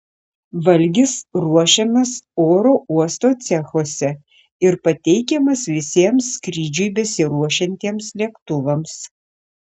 valgis ruošiamas oro uosto cechuose ir pateikiamas visiems skrydžiui besiruošiantiems lėktuvams